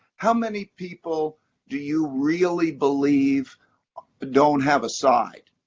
how many people do you really believe but don't have a side?